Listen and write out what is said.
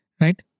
right